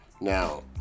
Now